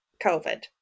COVID